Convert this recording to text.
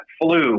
flu